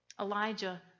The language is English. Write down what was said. Elijah